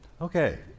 Okay